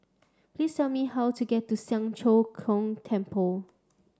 please tell me how to get to Siang Cho Keong Temple